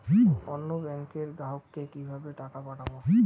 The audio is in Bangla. অন্য ব্যাংকের গ্রাহককে কিভাবে টাকা পাঠাবো?